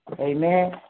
Amen